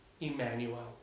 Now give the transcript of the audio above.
Emmanuel